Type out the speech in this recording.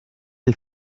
les